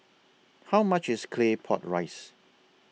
How much IS Claypot Rice